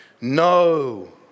no